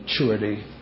maturity